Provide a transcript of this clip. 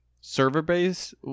server-based